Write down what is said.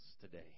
today